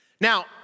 Now